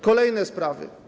Kolejne sprawy.